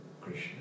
Krishna